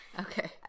Okay